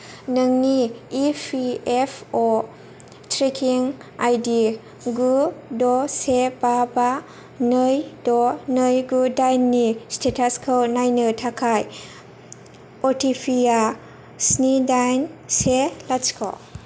नोंनि E P F अ tracking I D गु द से बा बा नै द नै गु दाइननि स्टेटासखौ नायनो थाखाय अ टि पि आ स्नि दाइन से लाथिख'